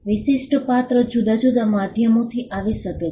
વિશિષ્ટ પાત્ર જુદા જુદા માધ્યમોથી આવી શકે છે